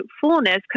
fullness